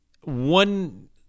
one